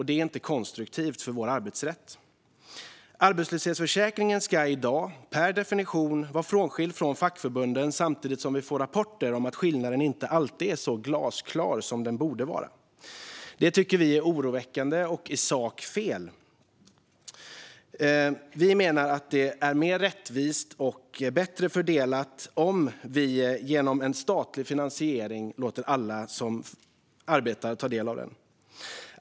Det är inte konstruktivt för vår arbetsrätt. Arbetslöshetsförsäkringen ska i dag per definition vara skild från fackförbunden. Samtidigt får vi dock rapporter om att skillnaden inte alltid är så glasklar som den borde vara. Detta tycker vi är oroväckande och i sak fel. Vi menar att det är rättvisare och bättre fördelat om vi genom en statlig finansiering låter alla som arbetar ta del av den.